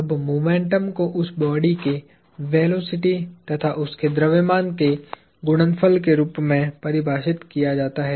अब मोमेंटम को उस बॉडी के वेलोसिटी तथा उसके द्रव्यमान के गुणनफल के रूप में परिभाषित किया जाता है